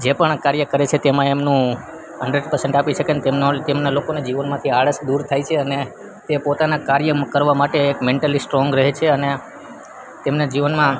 જે પણ કાર્ય કરે છે તેમાં એમનું હંડરેડ પરસેન્ટ આપી શકે તેમ તેમના લોકોને જીવનમાંથી આળસ દૂર થાય છે અને તે પોતાના કાર્ય કરવા માટે એક મેન્ટલી સ્ટ્રોંગ રહે છે અને તેમને જીવનમાં